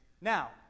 Now